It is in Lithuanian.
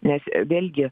nes vėlgi